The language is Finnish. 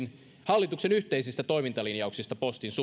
hallituksen yhteisistä toimintalinjauksista